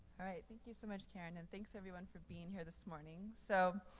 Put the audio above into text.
all right, thank you so much, carin, and thanks everyone for being here this morning. so,